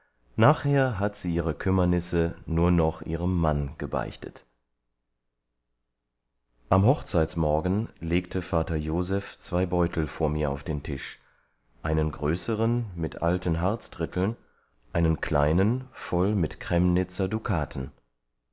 nachher hat sie ihre kümmernisse nur noch ihrem mann gebeichtet am hochzeitsmorgen legte vater joseph zwei beutel vor mir auf den tisch einen größeren mit alten harzdritteln einen kleinen voll kremnitzer dukaten